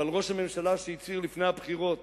אבל ראש הממשלה, שהצהיר לפני הבחירות